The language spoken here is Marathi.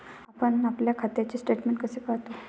आपण आपल्या खात्याचे स्टेटमेंट कसे पाहतो?